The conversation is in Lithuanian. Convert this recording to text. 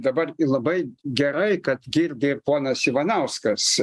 dabar labai gerai kad girdi ponas ivanauskas